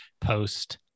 post